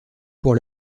pour